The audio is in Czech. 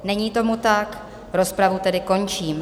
Není tomu tak, rozpravu tedy končím.